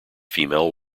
female